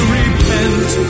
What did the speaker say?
repent